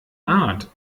art